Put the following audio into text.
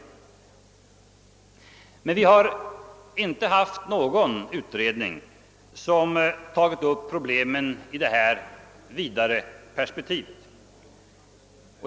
Vi har inte haft någon utredning som tagit upp problemen i ett vidare perspektiv.